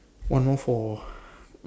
one more for